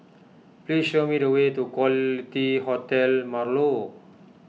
please show me the way to Quality Hotel Marlow